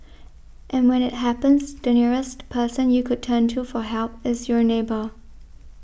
and when it happens the nearest person you could turn to for help is your neighbour